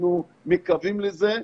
אנחנו מקווים לזה.